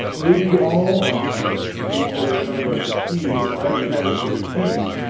they be all on sleep, being overcome by fatigue, like as to the king.